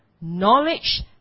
knowledge